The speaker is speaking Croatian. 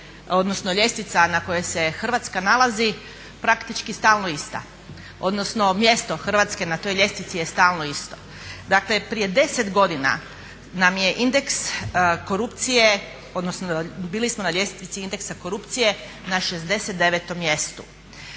odnosno ljestvica na kojoj se Hrvatska nalazi praktički stalno ista, odnosno mjesto Hrvatske na toj ljestvici je stalno isto. Dakle, prije 10 godina nam je indeks korupcije odnosno bili smo na ljestvici indeksa korupcije na 69 mjestu.